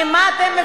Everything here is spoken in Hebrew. ממה אתם מפחדים?